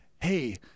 hey